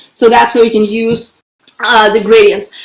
so that's where we can use ah the gradients.